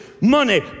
money